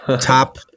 top